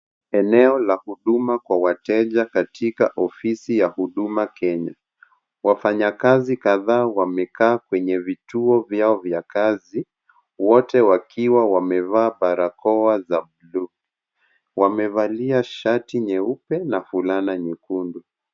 Eneo la huduma kwa wateja katika ofisi ya Huduma Kenya. Wafanyakazi kadhaa wamekaa kwenye vituo vyao vya kazi, wote wakiwa wamevaa barakoa za blue .Wamevalia shati nyeupe na fulana nyekundu.